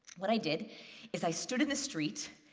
what i did is i stood in the street,